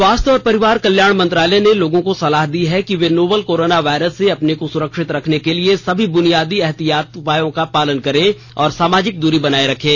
स्वास्थ्य और परिवार कल्याण मंत्रालय ने लोगों को सलाह दी है कि वे नोवल कोरोना वायरस से अपने को सुरक्षित रखने के लिए सभी बुनियादी एहतियाती उपायों का पालन करें और सामाजिक दूरी बनाए रखें